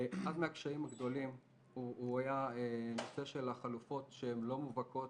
אחד הקשיים הגדולים היה נושא החלופות שהן לא מובהקות.